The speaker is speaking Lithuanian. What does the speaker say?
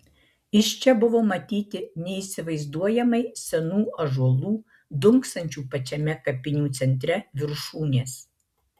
iš čia buvo matyti neįsivaizduojamai senų ąžuolų dunksančių pačiame kapinių centre viršūnės